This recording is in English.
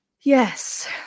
yes